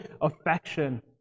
affection